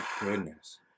Goodness